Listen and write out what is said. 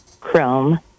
chrome